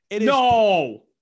No